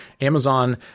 Amazon